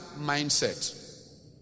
mindset